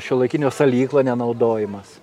šiuolaikinio salyklo nenaudojimas